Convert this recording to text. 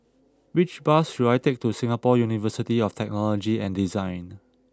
which bus should I take to Singapore University of Technology and Design